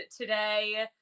today